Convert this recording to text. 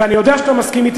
ואני יודע שאתה מסכים אתי,